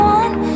one